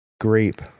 Grape